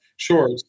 Sure